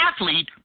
athlete